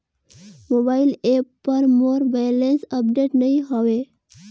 mobile app पर मोर balance update नई हवे